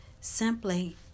simply